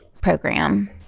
program